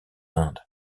inde